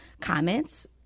comments